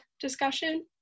discussion